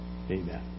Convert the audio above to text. Amen